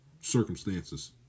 circumstances